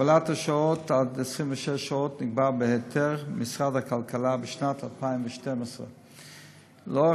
הגבלת השעות עד 26 שעות נקבעה בהיתר משרד הכלכלה בשנת 2012. לאור